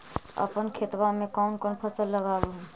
अपन खेतबा मे कौन कौन फसल लगबा हू?